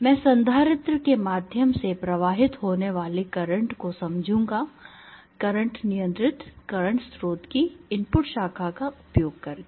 मैं संधारित्र के माध्यम से प्रवाहित होने वाले करंट को समझूंगा करंट नियंत्रित करंट स्रोत की इनपुट शाखा का उपयोग करके